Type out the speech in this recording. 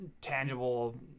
tangible